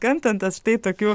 kantantas štai tokių